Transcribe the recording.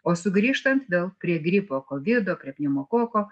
o sugrįžtant vėl prie gripo kovido prie pneumokoko